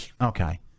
Okay